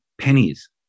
pennies